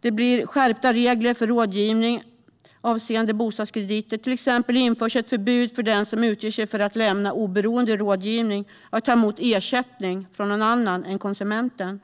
Det blir skärpta regler för rådgivning avseende bostadskrediter. Exempelvis införs ett förbud för den som utger sig för att lämna oberoende rådgivning att ta emot ersättning från någon annan än konsumenten.